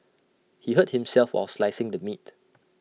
he hurt himself while slicing the meat